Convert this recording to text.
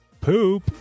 poop